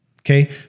Okay